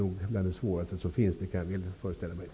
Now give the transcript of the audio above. Jag kan föreställa mig att det är bland det svåraste som finns.